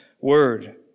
word